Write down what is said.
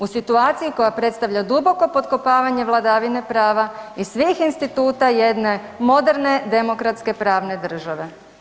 U situaciji koja predstavlja duboko potkopavanje vladavine prava i svih instituta jedne moderne demokratske pravne države.